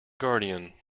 guardian